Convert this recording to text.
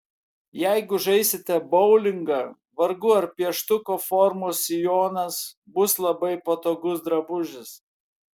jeigu žaisite boulingą vargu ar pieštuko formos sijonas bus labai patogus drabužis